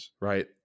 right